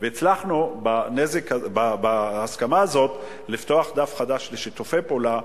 והצלחנו בהסכמה הזאת לפתוח דף חדש לשיתופי פעולה,